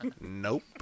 Nope